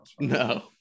No